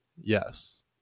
Yes